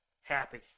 happy